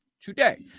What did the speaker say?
today